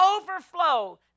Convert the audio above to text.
overflow